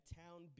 town